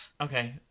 okay